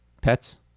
pets